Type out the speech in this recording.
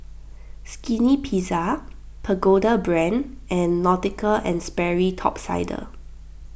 Skinny Pizza Pagoda Brand and Nautica and Sperry Top Sider